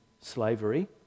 slavery